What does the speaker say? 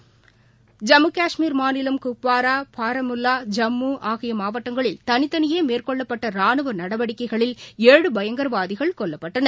ஐம்மு கஷ்மீர் மாநிலம் பாரமுல்லா குப்வாரா ஜம்முஆகியமாவட்டங்களில் தனித்தனியேமேற்கொள்ளப்பட்டரானுவநடவடிக்கைகளில் ஏழு பயங்கரவாதிகள் கொல்லப்பட்டனர்